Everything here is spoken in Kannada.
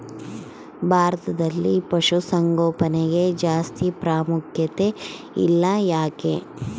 ಭಾರತದಲ್ಲಿ ಪಶುಸಾಂಗೋಪನೆಗೆ ಜಾಸ್ತಿ ಪ್ರಾಮುಖ್ಯತೆ ಇಲ್ಲ ಯಾಕೆ?